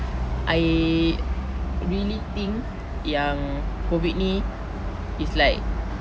I really think yang COVID ni is like